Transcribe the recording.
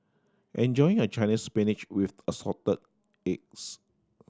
enjoy your Chinese Spinach with Assorted Eggs